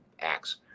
acts